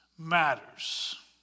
matters